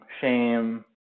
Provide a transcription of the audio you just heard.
shame